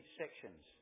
sections